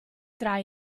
tra